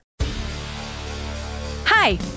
Hi